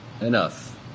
Enough